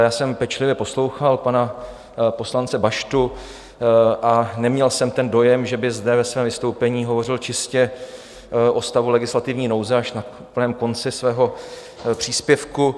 Já jsem pečlivě poslouchal pana poslance Baštu a neměl jsem ten dojem, že by zde ve svém vystoupení hovořil čistě o stavu legislativní nouze, až na samém konci svého příspěvku.